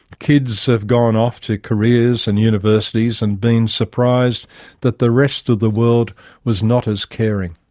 kids have gone off to careers and universities and been surprised that the rest of the world was not as caring.